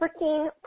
freaking